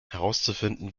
herauszufinden